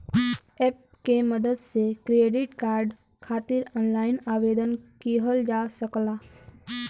app के मदद से क्रेडिट कार्ड खातिर ऑनलाइन आवेदन किहल जा सकला